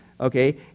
Okay